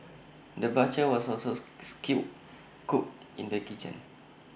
the butcher was also skilled cook in the kitchen